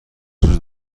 وجود